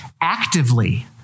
actively